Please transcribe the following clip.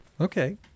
Okay